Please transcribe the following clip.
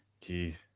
Jeez